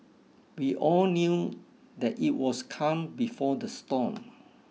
we all knew that it was calm before the storm